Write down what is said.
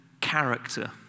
character